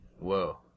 Whoa